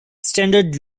standard